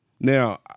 Now